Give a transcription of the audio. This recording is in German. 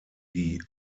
die